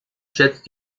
schätzt